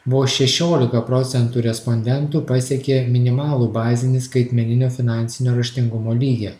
vos šešiolika procentų respondentų pasekė minimalų bazinį skaitmeninio finansinio raštingumo lygį